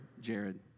Jared